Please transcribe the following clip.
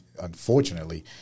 unfortunately